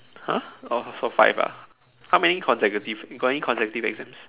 !huh! oh so five ah how many consecutive you got any consecutive exams